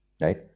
right